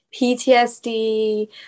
PTSD